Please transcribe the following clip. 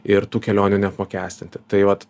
ir tų kelionių neapmokestinti tai vat